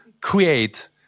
create